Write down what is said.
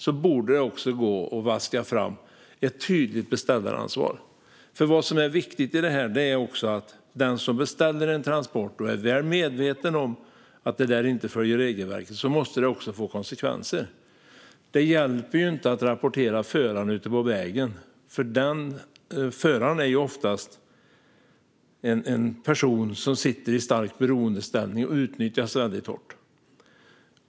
Vad som är viktigt i detta är att det måste få konsekvenser för den som beställer en transport och är väl medveten om att den inte följer regelverket. Det hjälper ju inte att rapportera föraren ute på vägen. Föraren är oftast någon som befinner sig i stark beroendeställning och utnyttjas väldigt mycket.